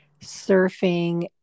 surfing